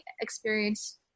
experience